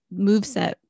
moveset